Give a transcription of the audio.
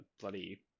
bloody